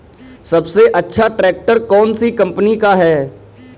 सबसे अच्छा ट्रैक्टर कौन सी कम्पनी का है?